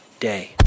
day